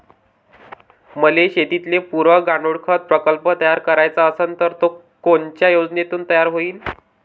मले शेतीले पुरक गांडूळखत प्रकल्प तयार करायचा असन तर तो कोनच्या योजनेतून तयार होईन?